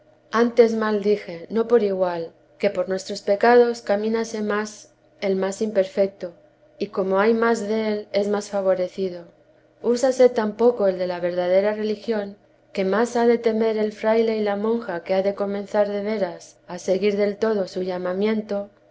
antes mal dije no por igual que por nuestros pecados camínase más el más imperfecto y como hay más de él es más favorecido úsase tan poco el de la verdadera religión que más ha de temer el fraile y la monja que ha de comenzar de veras a seguir del todo su llamamiento